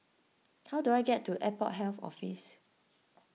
how do I get to Airport Health Office